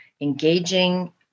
engaging